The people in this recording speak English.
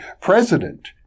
president